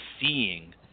seeing